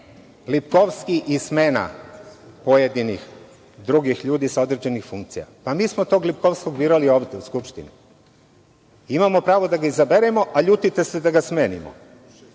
Lipkovski i smena pojedinih drugih ljudi sa određenih funkcija. Mi smo tog Lipkovskog birali ovde u Skupštini. Imamo pravo da ga izaberemo, a ljutite se da ga smenimo.